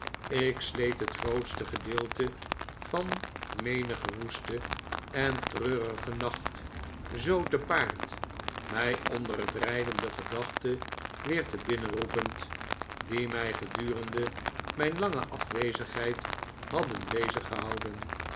ik sleet het grootste gedeelte van menigen woesten en treurigen nacht zoo te paard mij onder het rijden de gedachten weer te binnen roepend die mij gedurende mijn lange afwezigheid hadden